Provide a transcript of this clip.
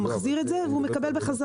הוא מחזיר את זה והוא מקבל את זה בחזרה.